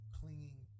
clinging